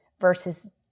versus